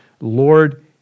Lord